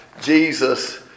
Jesus